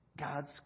God's